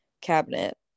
cabinet